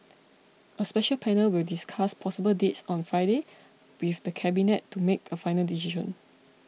a special panel will discuss possible dates on Friday with the Cabinet to make a final decision